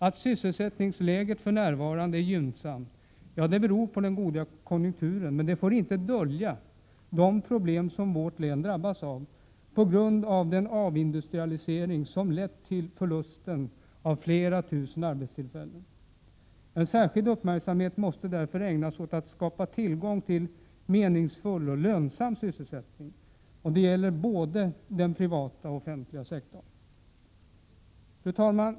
Att sysselsättningsläget för närvarande är gynnsamt beror på den goda konjunkturen, men det får inte dölja de problem som vårt län drabbas av på grund av den avindustrialisering som lett till förlusten av flera tusen arbetstillfällen. Särskild uppmärksamhet måste därför ägnas åt att skapa tillgång till meningsfull och lönsam sysselsättning. Detta gäller inom både den privata och den offentliga sektorn. Fru talman!